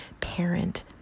parent